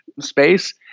space